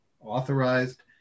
authorized